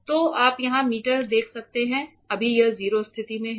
तो आप यहां मीटर देख सकते हैं अभी यह 0 स्थिति में है